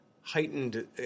heightened